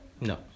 No